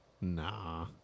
Nah